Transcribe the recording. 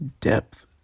Depth